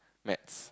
maths